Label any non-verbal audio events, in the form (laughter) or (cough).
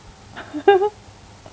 (laughs)